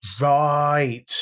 right